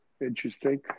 interesting